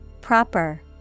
proper